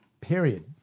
period